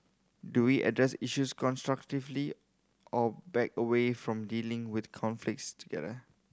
do we address issues constructively or back away from dealing with conflicts together